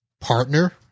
partner